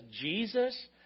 Jesus